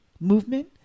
movement